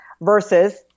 versus